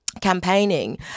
campaigning